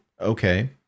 Okay